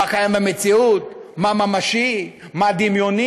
מה קיים במציאות, מה ממשי, מה דמיוני,